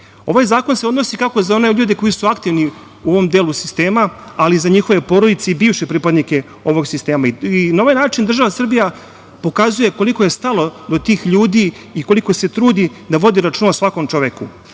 zakona se odnosi, kako za one ljude koji su aktivni u ovom delu sistema, ali i za njihove porodice i bivše pripadnike ovog sistema. Na ovaj način, država Srbija, pokazuje koliko joj je stalo do tih ljudi i koliko se trudi da vodi računa o svakom čoveku.